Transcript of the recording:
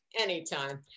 anytime